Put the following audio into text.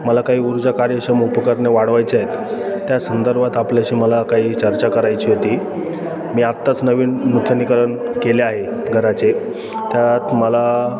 मला काही उर्जा कार्यक्षम उपकरणे वाढवायची आहेत त्या संदर्भात आपल्याशी मला काही चर्चा करायची होती मी आत्ताच नवीन नूतनीकरण केले आहे घराचे त्यात मला